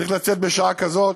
צריך לצאת בשעה כזאת,